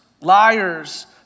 liars